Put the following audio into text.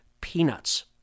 peanuts